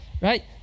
right